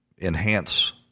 enhance